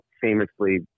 famously